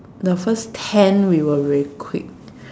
the first ten we were very quick